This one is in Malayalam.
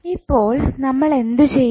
ഇപ്പോൾ നമ്മൾ എന്ത് ചെയ്യും